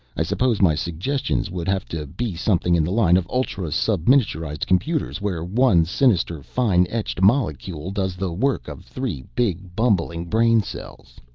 i suppose my suggestions would have to be something in the line of ultra-subminiaturized computers, where one sinister fine-etched molecule does the work of three big bumbling brain cells?